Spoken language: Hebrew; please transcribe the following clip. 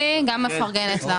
גילי, גם מפרגנת לך.